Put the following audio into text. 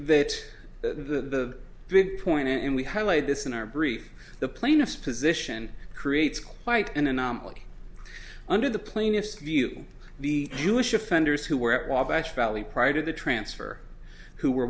that the big point and we highlighted this in our brief the plaintiff's position creates quite an anomaly under the plaintiff's view the jewish offenders who were at was actually prior to the transfer who were